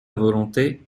volonté